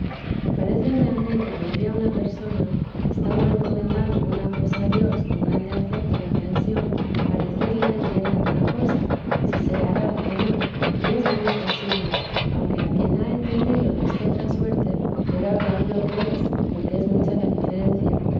paréceme a mí que podría una persona estando encomendando una cosa a dios con grande afecto y aprehensión parecerle entiende alguna cosa si se hará o no y es muy imposible aunque a quien ha entendido de estotra suerte verá claro lo que es porque es mucha la diferencia